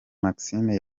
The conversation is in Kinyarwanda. maxime